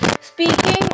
speaking